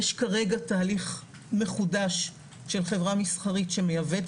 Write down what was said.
יש כרגע תהליך מחודש של חברה מסחרית שמייבאת